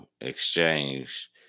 exchange